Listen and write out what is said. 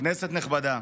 כנסת נכבדה,